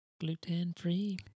Gluten-free